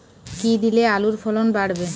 কী দিলে আলুর ফলন বাড়বে?